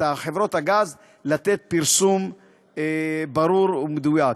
חברות הגז לתת פרסום ברור ומדויק.